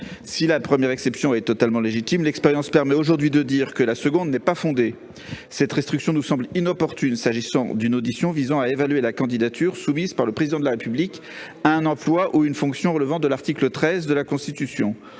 Si la première exception est légitime, l'expérience permet aujourd'hui de dire que la seconde n'est pas fondée. Cette restriction nous semble inopportune s'agissant d'une audition visant à évaluer la candidature soumise par le Président de la République à un emploi ou une fonction relevant de l'article 13. En tout